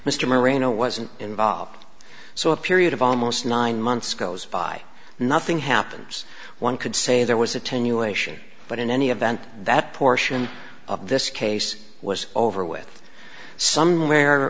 mr marino wasn't involved so a period of almost nine months goes by nothing happens one could say there was attenuation but in any event that portion of this case was over with somewhere